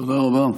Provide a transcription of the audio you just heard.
תודה רבה.